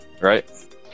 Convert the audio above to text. Right